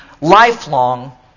lifelong